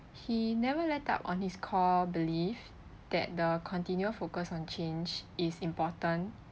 he never let up on his core belief that the continual focus on change is important